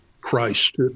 Christ